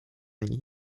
nich